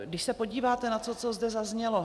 Když se podíváte na to, co zde zaznělo.